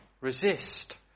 resist